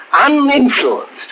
uninfluenced